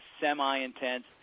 semi-intense